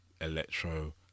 electro